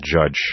judge